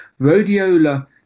rhodiola